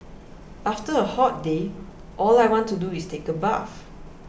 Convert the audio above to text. after a hot day all I want to do is take a bath